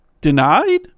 denied